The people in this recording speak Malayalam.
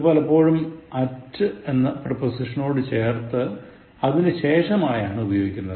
ഇത് എപ്പോഴും at എന്ന പ്രിപ്പോസിഷനോടു ചേർത്ത് അതിനു ശേഷമായാണ് ഉപയോഗിക്കുന്നത്